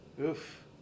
Oof